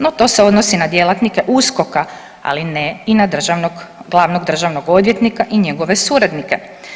No, to se odnosi na djelatnike USKOK-a, ali ne i na glavnog državnog odvjetnika i njegove suradnike.